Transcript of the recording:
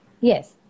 Yes